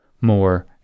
more